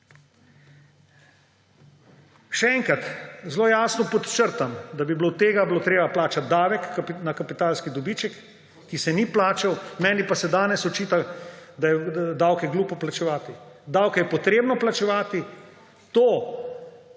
Še enkrat zelo jasno podčrtam, da bi bilo od tega treba plačati davek na kapitalski dobiček, ki se ni plačal, meni pa se danes očita, da je davke glupo plačevati. Davke je potrebno plačevati, to,